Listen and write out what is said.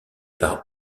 par